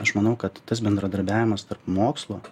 aš manau kad tas bendradarbiavimas tarp mokslo